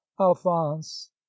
alphonse